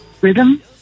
rhythm